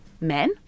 men